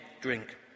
drink